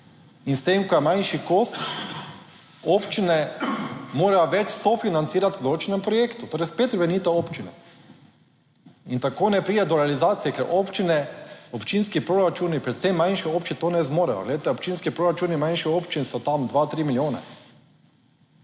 In s tem, ko je manjši kos, občine morajo več sofinancirati v določenem projektu, torej spet obremenitev občine. In tako ne pride do realizacije, ker občine, občinski proračuni predvsem manjše občine to ne zmorejo. Glejte, občinski proračuni manjših občin so tam dva, tri milijone.